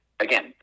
again